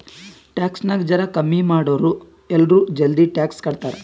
tax ನಾಗ್ ಜರಾ ಕಮ್ಮಿ ಮಾಡುರ್ ಎಲ್ಲರೂ ಜಲ್ದಿ ಟ್ಯಾಕ್ಸ್ ಕಟ್ತಾರ್